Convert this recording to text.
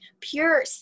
pure